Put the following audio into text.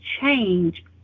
change